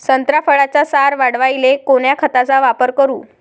संत्रा फळाचा सार वाढवायले कोन्या खताचा वापर करू?